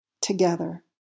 Together